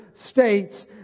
states